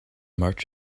march